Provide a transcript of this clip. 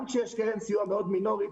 גם כשיש קרן סיוע מאוד מינורית,